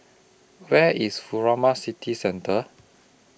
Where IS Furama City Centre